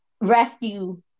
rescue